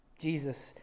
Jesus